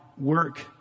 work